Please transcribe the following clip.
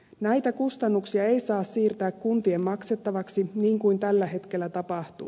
näitä kustannuksia ei saa siirtää kuntien maksettaviksi niin kuin tällä hetkellä tapahtuu